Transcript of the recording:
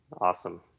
Awesome